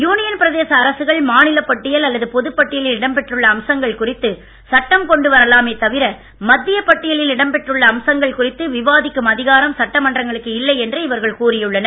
union பிரதேச அரசுகள் மாநிலப் பட்டியல் அல்லது பொதுப் பட்டியவில் இடம் பெற்றுள்ள அம்சங்கள் குறித்து சட்டம் கொண்டு வரலாமே தவிர மத்தியப் பட்டியவில் இடம்பெற்றுள்ள அம்சங்கள் குறித்து விவாதிக்கும் அதிகாரம் சட்டமன்றங்களுக்கு இல்லை என்று இவர்கள் கூறியுள்ளனர்